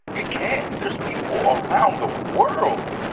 it can't. there's people around the world